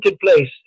place